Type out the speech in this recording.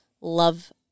love